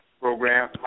program